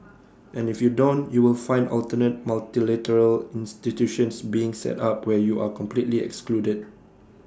and if you don't you will find alternate multilateral institutions being set up where you are completely excluded